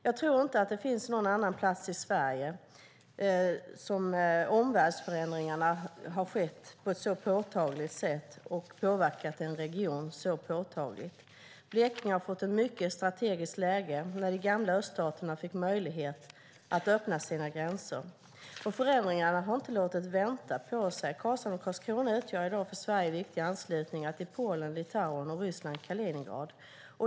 Jag tror inte att det finns någon annan plats i Sverige där omvärldsförändringarna på ett så påtagligt sätt har påverkat en region. Blekinge fick ett mycket strategiskt läge när de gamla öststaterna fick möjlighet att öppna sina gränser. Förändringarna har inte låtit vänta på sig. Karlshamn och Karlskrona utgör i dag för Sverige viktiga anslutningar till Polen, Litauen och Ryssland/Kaliningrad.